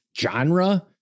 genre